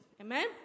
Amen